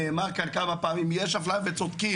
נאמר כאן כמה פעמים, יש אפליה וצודקים,